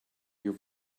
your